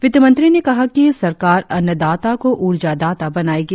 वित्तमंत्री ने कहा कि सरकार अन्नदाता को ऊर्जादाता बनाएगी